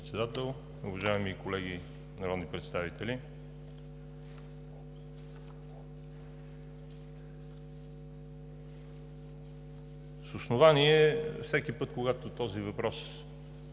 Председател, уважаеми колеги народни представители! С основание всеки път, когато този въпрос